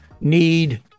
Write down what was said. need